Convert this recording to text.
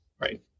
right